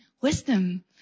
wisdom